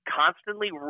constantly